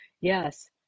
yes